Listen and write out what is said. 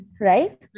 right